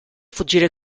fuggire